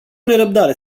nerăbdare